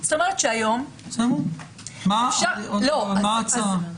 מה ההצעה?